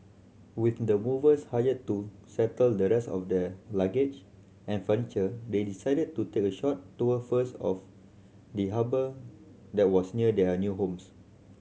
with the movers hired to settle the rest of their luggage and furniture they decided to take a short tour first of the harbour that was near their new homes